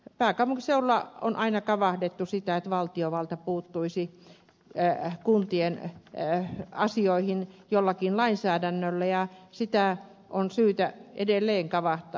pääkaupunkiseudulla on aina kavahdettu sitä että valtiovalta puuttuisi kuntien asioihin jollakin lainsäädännöllä ja sitä on syytä edelleen kavahtaa